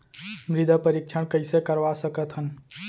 मृदा परीक्षण कइसे करवा सकत हन?